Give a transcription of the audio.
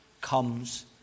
comes